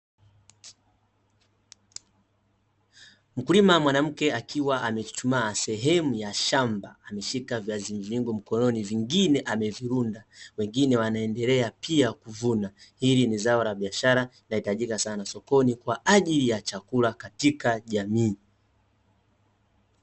Mkulima wa mwanamke akiwa amechuchumaa sehemu ya shamba, ameshika viazi mvilingo mkononi vingine amevirunda, wengine wanaendelea pia kuvuna. Hili ni zao la biashara, linahitajika sana sokoni kwa ajili ya chakula katika jamii.